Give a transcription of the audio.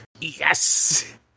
yes